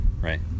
right